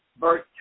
verse